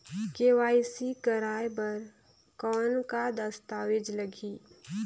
KYC कराय बर कौन का दस्तावेज लगही?